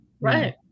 right